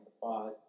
five